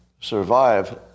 survive